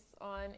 on